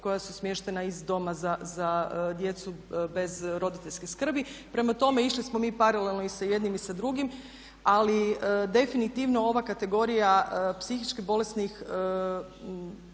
koja su smještena iz doma za djecu bez roditeljske skrbi. Prema tome, išli smo mi paralelno i sa jednim i sa drugim. Ali definitivno ova kategorija psihički bolesnih